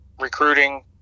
recruiting